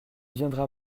viendra